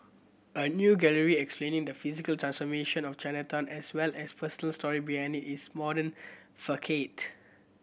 a new gallery explaining the physical transformation of Chinatown as well as personal story behind its modern facade